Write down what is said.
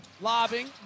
Lobbing